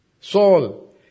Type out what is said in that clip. Saul